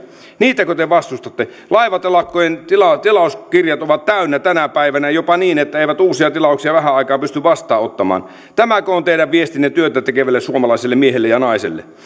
niitäkö te vastustatte laivatelakkojen tilauskirjat ovat täynnä tänä päivänä jopa niin että he eivät uusia tilauksia vähään aikaan pysty vastaanottamaan tämäkö on teidän viestinne työtä tekevälle suomaiselle miehelle ja naiselle